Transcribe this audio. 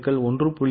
1 X 1